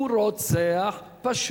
הוא פשוט רוצח.